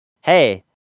Hey